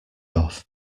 off